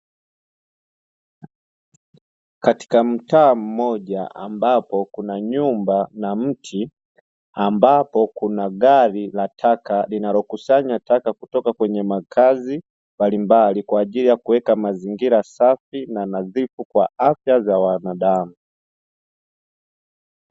Katika mtaa moja ambapo kuna nyumba na mti ambapo kuna gari la taka linalokusanya taka kutoka kwenye makazi mbalimbali kwa ajili ya kuweka mazingira safi na nadhifu kwa afya za wanadamu.